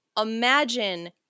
Imagine